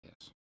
Yes